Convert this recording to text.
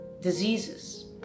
diseases